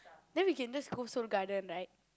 then we can just go Seoul-Garden right